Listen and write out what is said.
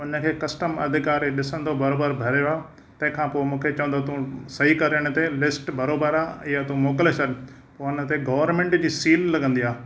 उन खे कस्टम अधिकारी ॾिसंदो बरोबर भरियो आहे तंहिं खां पोइ मूंखे चवंदो तूं सही करु इन ते लिस्ट बरोबर आहे इहा तूं मौकिले छॾु पोइ हुन ते गौर्मेंट जी सील लॻंदी आहे